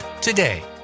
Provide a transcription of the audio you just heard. today